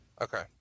Okay